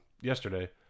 yesterday